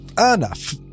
enough